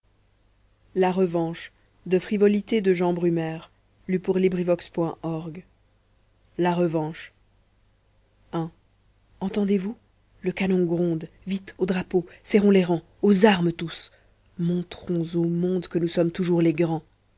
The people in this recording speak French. la revanche i entendez-vous le canon gronde vite au drapeau serrons les rangs aux armes tous montrons au monde que nous sommes toujours les grands